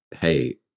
Hey